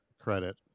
credit